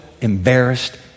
embarrassed